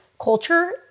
culture